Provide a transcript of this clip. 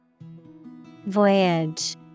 Voyage